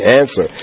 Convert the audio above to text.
answer